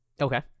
Okay